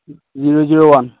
zero zero one